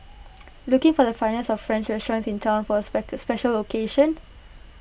looking for the finest of French restaurants in Town for A special occasion